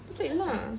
不对 lah